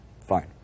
fine